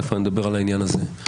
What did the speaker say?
דווקא אני מדבר על העניין הזה.